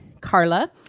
Carla